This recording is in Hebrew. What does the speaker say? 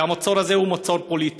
והמצור הזה הוא מצור פוליטי,